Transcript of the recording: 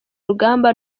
rugamba